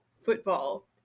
football